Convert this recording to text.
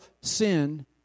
sin